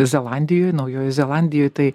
zelandijoj naujojoj zelandijoj tai